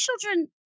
children